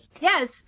yes